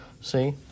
See